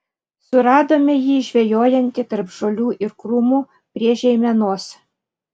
suradome jį žvejojantį tarp žolių ir krūmų prie žeimenos